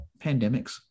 pandemics